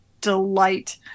delight